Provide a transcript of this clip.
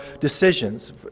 decisions